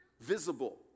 visible